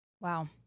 wow